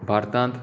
भारतांत